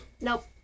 Nope